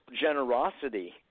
generosity